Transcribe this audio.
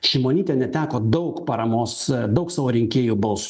šimonytė neteko daug paramos daug savo rinkėjų bals